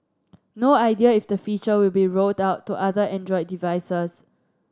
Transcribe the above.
no idea if the feature will be rolled out to other Android devices